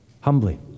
Humbly